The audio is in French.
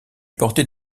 portait